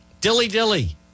Dilly-dilly